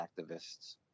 activists